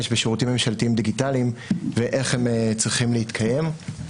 בשירותים ממשלתיים דיגיטליים ואיך הם צריכים להתקיים.